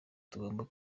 tugomba